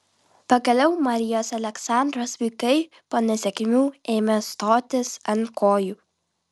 pagaliau marijos aleksandros vaikai po nesėkmių ėmė stotis ant kojų